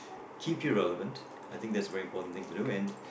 keep you relevant I think that's a very important thing to do and